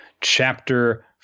chapter